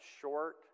short